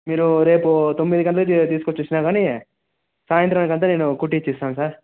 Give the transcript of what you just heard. మీరు రేపు తొమ్మిది గంటలకు తీ తీసుకు వచ్చి ఇచ్చిన కానీ సాయంత్రంకంతా నేను కుట్టించి ఇస్తాను సార్